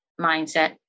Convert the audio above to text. mindset